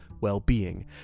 well-being